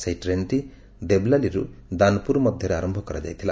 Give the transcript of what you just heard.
ସେହି ଟ୍ରେନ୍ଟି ଦେବଲାଲିରୁ ଦାନପୁର ମଧ୍ୟରେ ଆରମ୍ଭ କରାଯାଇଥିଲା